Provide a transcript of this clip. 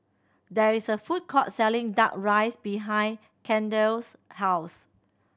there is a food court selling Duck Rice behind Kendell's house